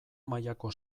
mailako